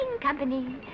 Company